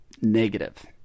negative